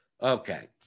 Okay